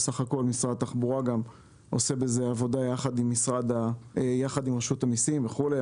משרד התחבורה עושה בזה עבודה יחד עם רשות המיסים וכולי.